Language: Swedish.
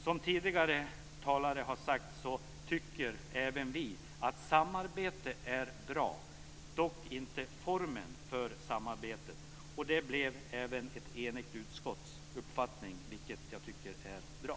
Som tidigare talare har sagt tycker även vi att samarbetet är bra, dock inte formen för samarbetet. Det blev även ett enigt utskotts uppfattning, vilket jag tycker är bra.